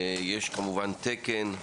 יש תקן,